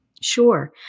Sure